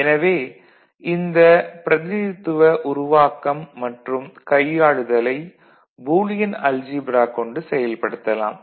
எனவே இந்த பிரதிநிதித்துவ உருவாக்கம் மற்றும் கையாளுதலை பூலியன் அல்ஜீப்ரா கொண்டு செயல்படுத்தலாம்